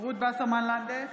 רות וסרמן לנדה,